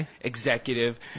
executive